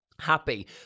happy